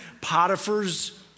Potiphar's